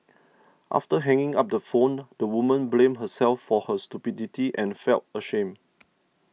after hanging up the phone the woman blamed herself for her stupidity and felt ashamed